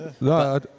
No